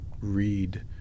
read